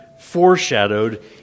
foreshadowed